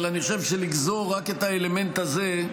אבל אני חושב שלגזור רק את האלמנט הזה,